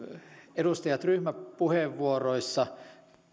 edustajat ryhmäpuheenvuoroissa